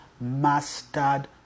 mastered